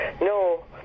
no